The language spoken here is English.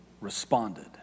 responded